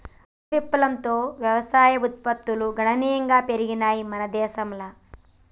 హరిత విప్లవంతో వ్యవసాయ ఉత్పత్తులు గణనీయంగా పెరిగినయ్ మన దేశంల